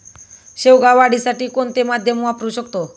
शेवगा वाढीसाठी कोणते माध्यम वापरु शकतो?